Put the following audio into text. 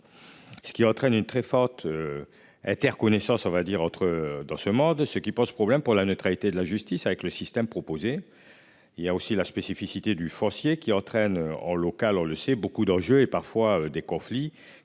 Ce qui entraîne une très forte. Inter connaissance on va dire entre dans ce monde, ce qui pose problème pour la neutralité de la justice avec le système proposé. Il y a aussi la spécificité du foncier qui entraîne en local, on le sait, beaucoup d'enjeux et parfois des conflits